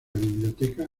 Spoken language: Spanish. biblioteca